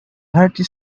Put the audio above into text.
hearty